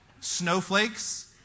Snowflakes